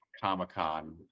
Comic-Con